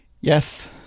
Yes